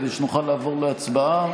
כדי שנוכל לעבור להצבעה.